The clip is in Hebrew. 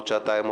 שעתיים,